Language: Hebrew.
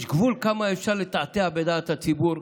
יש גבול לכמה אפשר לתעתע בדעת הציבור.